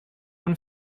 own